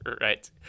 Right